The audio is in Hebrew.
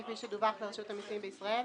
כפי שדווח לרשות המסים בישראל,